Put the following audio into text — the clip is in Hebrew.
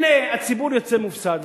הנה הציבור יוצא מופסד.